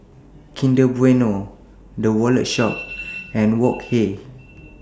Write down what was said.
Kinder Bueno The Wallet Shop and Wok Hey